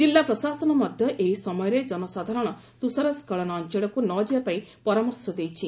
ଜିଲ୍ଲା ପ୍ରଶାସନ ମଧ୍ୟ ଏହି ସମୟରେ ଜନସାଧାରଣ ତୁଷାର ସ୍କଳନ ଅଞ୍ଚଳକୁ ନ ଯିବା ପାଇଁ ପରାମର୍ଶ ଦେଇଛି